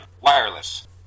wireless